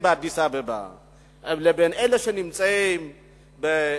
באדיס-אבבה לבין אלה שנמצאים בגונדר?